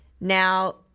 Now